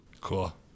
Cool